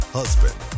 husband